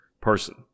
person